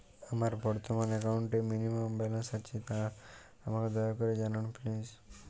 আমার বর্তমান একাউন্টে মিনিমাম ব্যালেন্স কী আছে তা আমাকে দয়া করে জানান প্লিজ